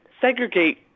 segregate